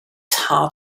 heart